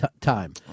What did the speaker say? time